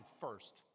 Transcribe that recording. first